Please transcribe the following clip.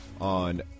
on